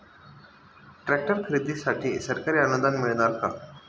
Tractor खरेदीसाठी सरकारी अनुदान मिळणार का?